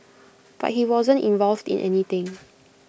but he wasn't involved in anything